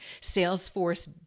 Salesforce